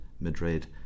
Madrid